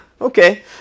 okay